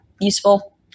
useful